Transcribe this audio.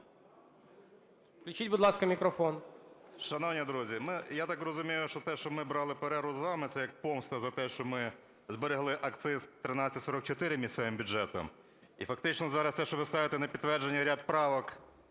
включіть, будь ласка, мікрофон